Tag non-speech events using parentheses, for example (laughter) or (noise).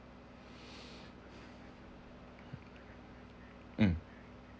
(breath) um